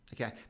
Okay